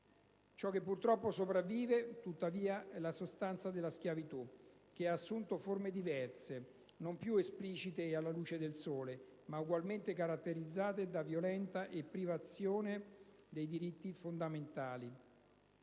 Ciò che purtroppo sopravvive, tuttavia, è la sostanza della schiavitù, che ha assunto forme diverse, non più esplicite e alla luce del sole, ma ugualmente caratterizzate da violenza e privazione dei diritti fondamentali.